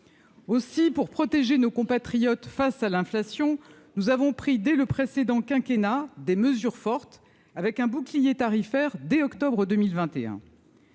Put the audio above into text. aussi pour protéger nos compatriotes face à l'inflation, nous avons pris des le précédent quinquennat des mesures fortes avec un bouclier tarifaire dès octobre 2021.